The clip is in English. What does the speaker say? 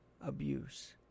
abuse